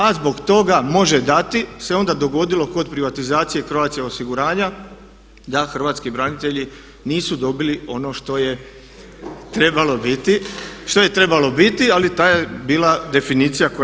A zbog toga može dati se onda dogodilo kod privatizacije Croatia osiguranja da Hrvatski branitelji nisu dobili ono što je trebalo biti, što je trebalo biti ali ta je bila definicija koja.